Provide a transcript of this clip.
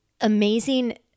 amazing